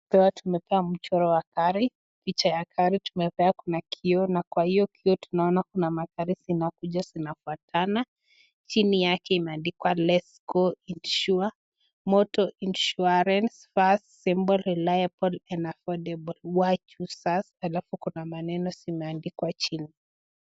Tumepea mtu wa gari